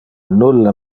nulle